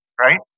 right